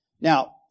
Now